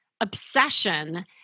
obsession